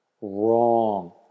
Wrong